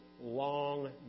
long